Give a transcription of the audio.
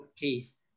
case